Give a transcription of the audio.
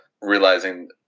realizing